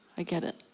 i get it.